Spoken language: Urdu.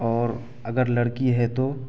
اور اگر لڑکی ہے تو